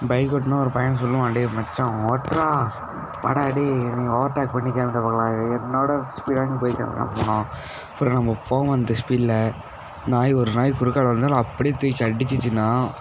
bike ஓட்டினா ஒரு பையன் சொல்லுவான் டேய் மச்சான் அவன் ஓட்டுறா வாடா டேய் நீ ஓவர் டேக் பண்ணிக்க கொள்ள என்னோடய ஸ்பீடாக நீ போய் காமி அப்படின்பான் அப்புறம் நம்ம போவோம் அந்த ஸ்பீடில் நாய் ஒரு நாய் குறுக்கால் வந்தாலும் அப்படியே தூக்கி அடிச்சிச்சுன்னா